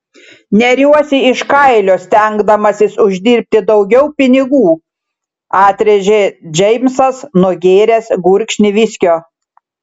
neriuosi iš kailio stengdamasis uždirbti daugiau pinigų atrėžė džeimsas nugėręs gurkšnį viskio